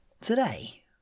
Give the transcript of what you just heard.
Today